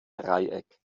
dreieck